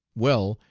well,